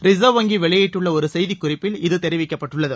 reserve வங்கி வெளியிட்டுள்ள ஒரு செய்திக்குறிப்பில் இது தெரிவிக்கப்பட்டுள்ளது